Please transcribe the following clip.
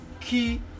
key